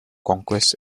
conquests